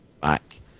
back